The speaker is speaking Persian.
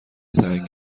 تنگ